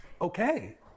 okay